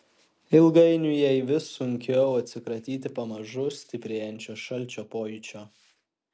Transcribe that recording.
ilgainiui jai vis sunkiau atsikratyti pamažu stiprėjančio šalčio pojūčio